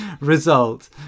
result